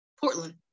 portland